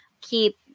keep